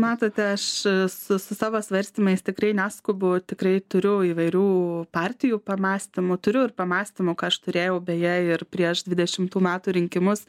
matote aš su su savo svarstymais tikrai neskubu tikrai turiu įvairių partijų pamąstymų turiu ir pamąstymų ką aš turėjau beje ir prieš dvidešimtų metų rinkimus